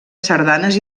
sardanes